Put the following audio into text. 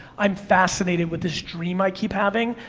i'm fascinated with this dream i keep having,